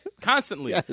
constantly